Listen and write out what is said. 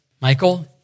Michael